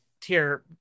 tier